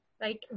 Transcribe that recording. right